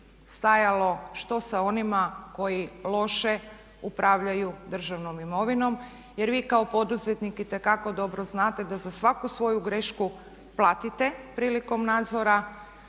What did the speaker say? što sa onima koji loše upravljaju državnom imovinom. Jer vi kao poduzetnik itekako dobro znate da za svaku svoju grešku platite prilikom nadzora